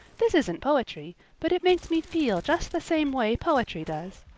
this isn't poetry, but it makes me feel just the same way poetry does.